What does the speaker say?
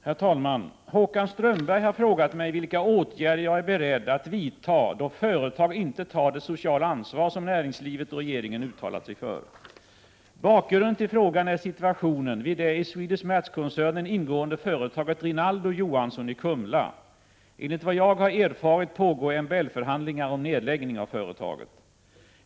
Herr talman! Håkan Strömberg har frågat mig vilka åtgärder jag är beredd att vidta då företag inte tar det sociala ansvar som näringslivet och regeringen uttalat sig för. Bakgrunden till frågan är situationen vid det i Swedish Match-koncernen ingående företaget Rinaldo & Johansson i Kumla. Enligt vad jag har erfarit pågår MBL-förhandlingar om nedläggning av företaget.